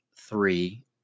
three